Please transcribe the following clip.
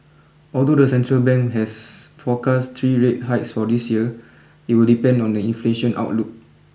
although the central bank has forecast three rate hikes for this year it will depend on the inflation outlook